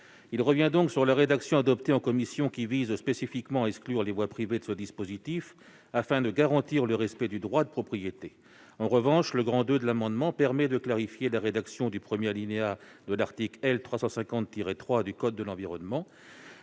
il revient sur la rédaction adoptée en commission, qui exclut spécifiquement les voies privées de ce dispositif afin de garantir le respect du droit de propriété. En revanche, le II dudit amendement permet de clarifier la rédaction du premier alinéa de l'article L. 350-3 du code de l'environnement.